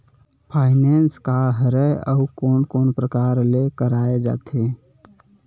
Finance का हरय आऊ कोन कोन प्रकार ले कराये जाथे?